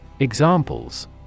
Examples